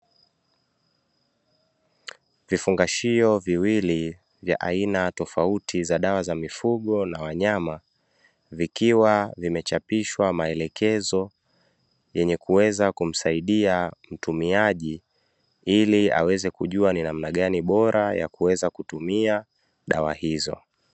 Vifungashio viwili vya aina tofauti vyenye dawa za wafugo na wanyama, vikiwa vimechapishwa maelekezo yenye kuweza kumsaidia mtumiaji ili aweze ni namna gani bora ya kutumia dawa hizo.